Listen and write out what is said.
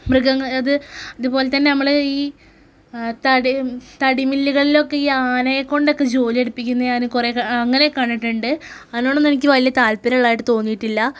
മ്യഗങ്ങള് അതുപോലെതന്നെ നമ്മള് ഈ തടിമില്ലുകളിലൊക്കെ ഈ ആനയെ കൊണ്ടൊക്കെ ജോലി എടുപ്പിക്കുന്ന ഞാന് കുറേ അങ്ങനെ കണ്ടിട്ടുണ്ട് അതിനൊടൊന്നും എനിക്ക് വലിയ താൽപര്യം ഉള്ളതായിട്ട് തോന്നിയിട്ടില്ല